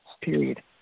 Period